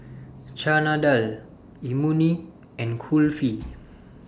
Chana Dal Imoni and Kulfi